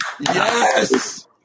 Yes